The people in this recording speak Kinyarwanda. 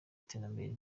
iterambere